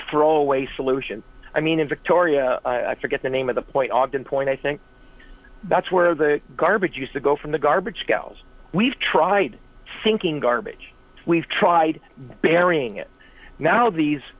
throwaway solutions i mean in victoria i forget the name of the point ogden point i think that's where the garbage used to go from the garbage tells we've tried sinking garbage we've tried burying it now these